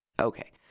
Okay